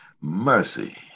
Mercy